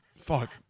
Fuck